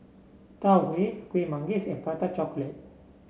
Tau Huay Kuih Manggis and Prata Chocolate